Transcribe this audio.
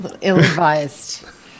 ill-advised